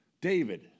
David